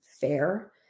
fair